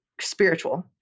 spiritual